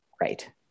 Right